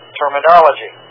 terminology